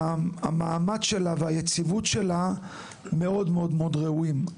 המעמד שלה והיציבות שלה מאוד מאוד מאוד ראויים.